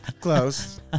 close